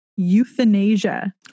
Euthanasia